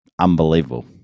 unbelievable